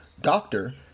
Doctor